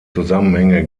zusammenhänge